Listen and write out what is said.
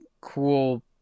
cool